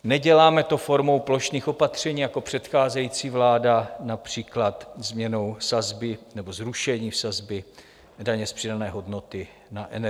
Neděláme to formou plošných opatření jako předcházející vláda, například změnou sazby nebo zrušení sazby daně z přidané hodnoty na energie.